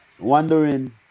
wondering